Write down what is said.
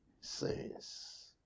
sins